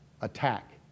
attack